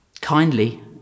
Kindly